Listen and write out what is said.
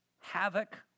havoc